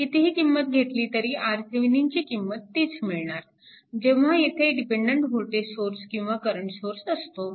कितीही किंमत घेतली तरी RThevenin ची किंमत तीच मिळणार जेव्हा येथे डिपेन्डन्ट वोल्टेज सोर्स किंवा करंट सोर्स असतो